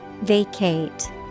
Vacate